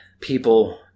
people